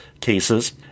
cases